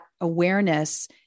awareness